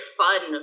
fun